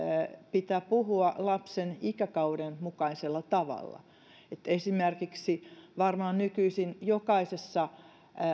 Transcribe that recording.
pitää puhua lapsen ikäkauden mukaisella tavalla esimerkiksi varmaan nykyisin jokaisessa